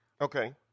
Okay